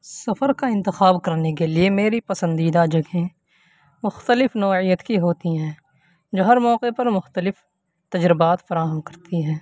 سفر کا انتخاب کرنے کے لیے میری پسندیدہ جگہیں مختلف نوعیت کی ہوتی ہیں جو ہر موقع پر مختلف تجربات فراہم کرتی ہیں